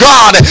God